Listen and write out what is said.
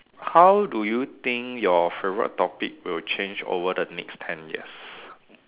how do you think your favorite topic will change over the next ten years